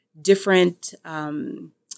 different –